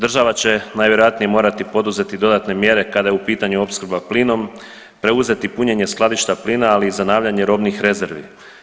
Država će najvjerojatnije morati poduzeti dodatne mjere kada je u pitanju opskrba plinom, preuzeti punjenje skladišta plina ali i zanavljanje robnih rezervi.